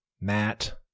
Matt